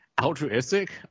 altruistic